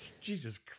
Jesus